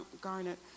garnet